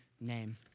name